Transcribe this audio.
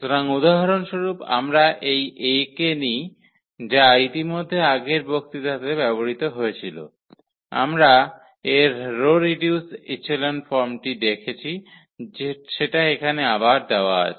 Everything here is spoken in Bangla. সুতরাং উদাহরণস্বরূপ আমরা এই A কে নিই যা ইতিমধ্যেই আগের বক্তৃতাতে ব্যবহৃত হয়েছিল আমরা এর রো রিডিউস ইচেলন ফর্মটিও দেখেছি সেটা এখানে আবার দেওয়া আছে